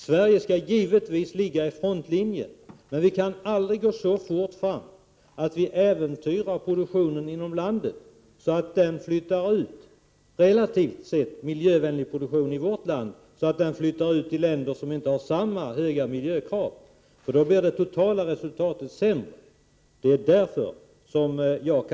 Sverige skall givetvis ligga i frontlinjen, men vi kan aldrig gå så fort fram att vi äventyrar produktionen inom landet genom att företagen flyttar relativt sett miljövänlig produktion från vårt land till länder som inte har samma höga miljökrav. Då blir det totala resultatet sämre. Detta är skälen till att jag Prot.